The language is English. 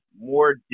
more